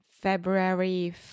February